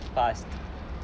past